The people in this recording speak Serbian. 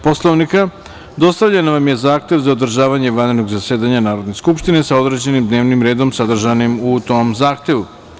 Poslovnika, dostavljen vam je Zahtev za održavanje vanrednog zasedanja Narodne skupštine, sa određenim dnevnim redom, sadržanim u tom Zahtevu.